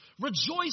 rejoice